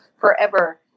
forever